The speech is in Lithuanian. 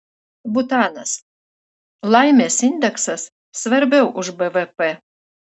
butanas laimės indeksas svarbiau už bvp